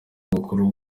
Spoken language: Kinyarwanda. abakuru